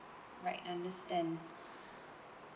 right understand